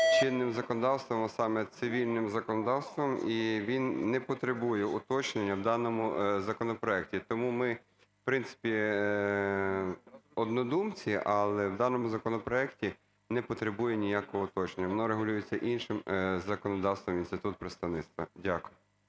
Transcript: чинний законодавством, а саме цивільним законодавством, і він не потребує уточнення в даному законопроекті. Тому ми в принципі однодумці, але в даному законопроекті не потребує ніякого уточнення, воно регулюється іншим законодавством, інститут представництва. Дякую.